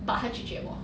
but 她拒绝我